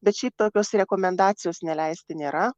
bet šiaip tokios rekomendacijos neleisti nėra